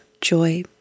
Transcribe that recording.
joy